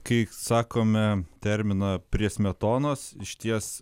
kai sakome terminą prie smetonos išties